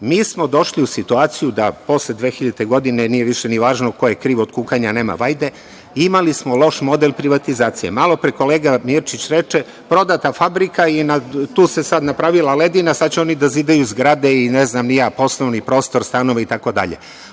Mi smo došli u situaciju da posle 2000. godine, nije više ni važno ko kriv, od kukanja nema vajde, imali smo loš model privatizacije. Malo pre kolega Mirčić reče – prodata fabrika i tu se sad napravila ledina, sad će oni da zidaju zgrade i, ne znam ni ja, poslovni prostor, stanove, itd.